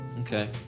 Okay